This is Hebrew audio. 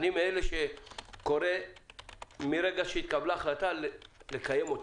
אני מאלה שקורא מרגע שהתקבלה החלטה לקיים אותה,